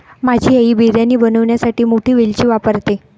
माझी आई बिर्याणी बनवण्यासाठी मोठी वेलची वापरते